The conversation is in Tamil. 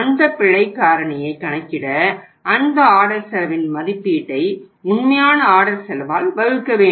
அந்த பிழை காரணியை கணக்கிட அந்த ஆர்டர் செலவின் மதிப்பீட்டை உண்மையான ஆர்டர் செலவால் வகுக்க வேண்டும்